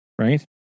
right